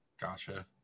Gotcha